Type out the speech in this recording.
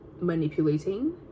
manipulating